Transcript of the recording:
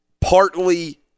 partly